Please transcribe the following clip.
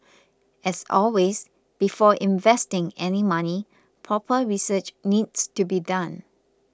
as always before investing any money proper research needs to be done